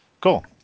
cool